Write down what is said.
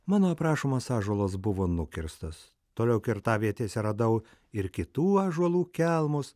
mano aprašomas ąžuolas buvo nukirstas toliau kirtavietėse radau ir kitų ąžuolų kelmus